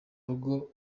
rugo